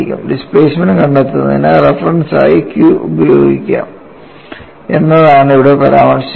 displacement കണ്ടെത്തുന്നതിന് റഫറൻസായി Q ഉപയോഗിക്കുക എന്നതാണ് ഇവിടെ പരാമർശിച്ചിരിക്കുന്നത്